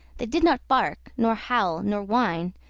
they did not bark, nor howl, nor whine,